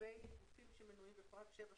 לגבי גופים שמנויים בפרט (7),